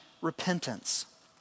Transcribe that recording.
repentance